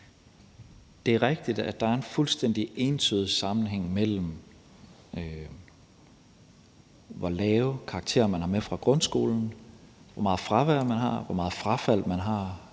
Det er rigtigt, at der er en fuldstændig entydig sammenhæng mellem, hvor lave karakterer man har med fra grundskolen, hvor meget fravær man har, og hvor god en